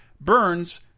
Burns